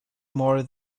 more